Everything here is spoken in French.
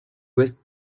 ouest